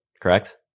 correct